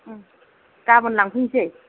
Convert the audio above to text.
उम गाबोन लांफैनोसै